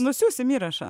nusiųsim įrašą